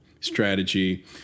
strategy